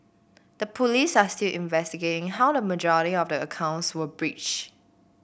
the police are still investigating how the majority of the accounts were breach